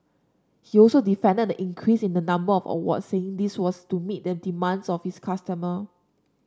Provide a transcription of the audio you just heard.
he also defended the increase in the number of awards saying this was to meet the demands of his customer